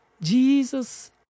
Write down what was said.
Jesus